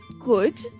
Good